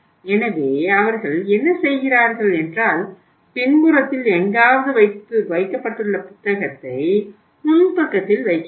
எனவே அவர்கள் என்ன செய்கிறார்கள் என்றால் பின்புறத்தில் எங்காவது வைக்கப்பட்டுள்ள புத்தகத்தை முன்பக்கத்தில் வைக்கிறாரகள்